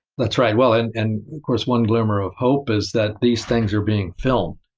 that's right. well, and and course one glimmer of hope is that these things are being filmed.